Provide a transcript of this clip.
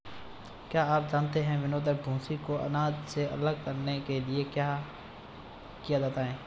क्या आप जानते है विनोवर, भूंसी को अनाज से अलग करने के लिए किया जाता है?